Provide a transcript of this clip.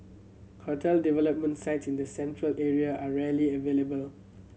hotel development site in the Central Area are rarely available